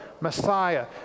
Messiah